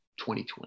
2020